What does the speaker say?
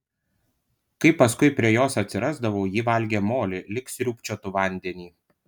kai paskui prie jos atsirasdavau ji valgė molį lyg sriūbčiotų vandenį